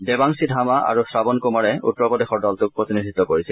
দেবাংশী ধামা আৰু শ্ৰাৱণ কুমাৰে উত্তৰ প্ৰদেশৰ দলটোক প্ৰতিনিধিত্ব কৰিছিল